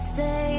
say